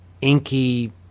inky